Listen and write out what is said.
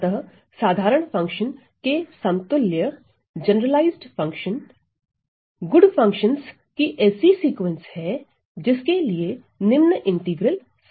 अतः साधारण फंक्शन के समतुल्य जनरलाइज फंक्शन गुड फंक्शनस की ऐसी सीक्वेंस है जिसके लिए निम्न इंटीग्रल सत्य है